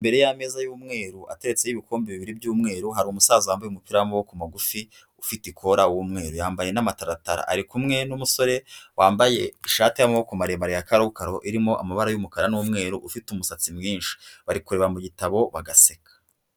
Imbere y'ameza y'umweru, ateretseho ibikombe bibiri byumweru, hari umusaza wambaye umupira wamaboko magufi, ufite ikora w'umweru, yambaye n'amataratara, arikumwe n'umusore wambaye ishati y'amaboko maremare ya karokaro, irimo amabara y'umukara n'umweru ufite umusatsi mwinshi bari kureba mu gitabo bagaseka.